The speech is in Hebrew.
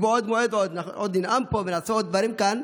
מבעוד מועד, עוד ננאם פה ונעשה עוד דברים כאן,